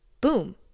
boom